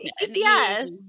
Yes